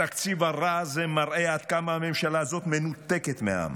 התקציב הרע הזה מראה עד כמה הממשלה הזו מנותקת מהעם.